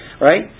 Right